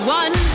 one